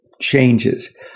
changes